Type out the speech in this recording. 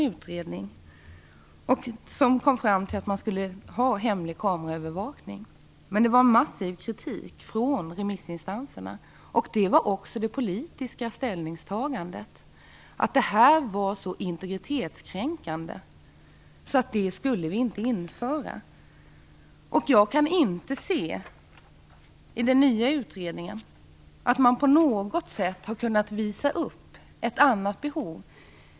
Utredningen kom fram till att man skulle ha kameraövervakning. Men kritiken var massiv från remissinstanserna. Det politiska ställningstagandet var också att detta var så integritetstänkande att det inte skulle införas. Jag kan inte se att man i den nya utredningen på något sätt har kunnat påvisa ett annat behov.